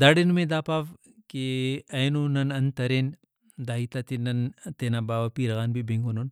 داڑے نمے دا پاو کہ اینو نن انت ارین دا ہیتاتے نن تینا باوہ پیرہ غان بھی بنگنن